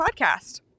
podcast